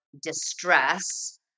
distress